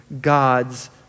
God's